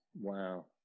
Wow